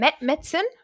medicine